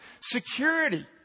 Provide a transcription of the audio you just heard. security